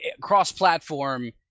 cross-platform